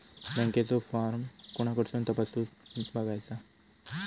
बँकेचो फार्म कोणाकडसून तपासूच बगायचा?